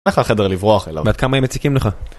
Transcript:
אין לך חדר לברוח אליו? ועד כמה הם מציקים לך?